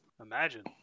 Imagine